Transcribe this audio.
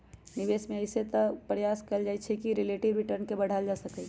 निवेश में अइसे तऽ प्रयास कएल जाइ छइ कि रिलेटिव रिटर्न के बढ़ायल जा सकइ